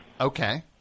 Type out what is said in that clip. Okay